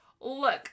look